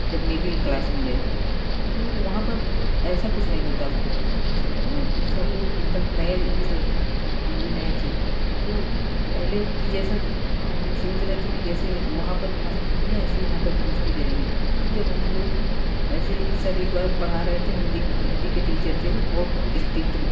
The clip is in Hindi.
जब मिडिल क्लास में गए तो वहाँ पर ऐसा कुछ नहीं होता था स सर लोग मतलब नए थे हम भी नए थे तो पहले की जैसे हम सोच रहे थे कि जैसे वहा पर मस्ती किए हैं ऐसे यहा पर भी मस्ती करेंगे तो जब हम लोग ऐसे ही सर एक बार पढ़ा रहे थे हिंदी हिंदी के टीचर थे बहुत स्ट्रिक्ट